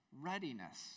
readiness